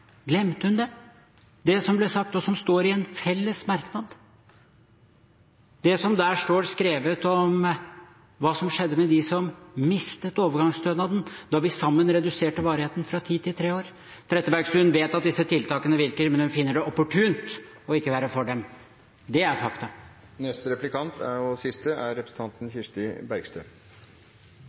glemte hun det – det som ble sagt, og som står i en felles merknad, det som der står skrevet om hva som skjedde med dem som mistet overgangsstønaden, da vi sammen reduserte varigheten fra ti til tre år? Trettebergstuen vet at disse tiltakene virker, men hun finner det opportunt ikke å være for dem, det er faktum. Grunnen til at venstresiden kaller høyresiden for usosial, er